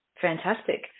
Fantastic